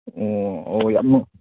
ꯑꯣ ꯑꯣ ꯌꯥꯝꯅ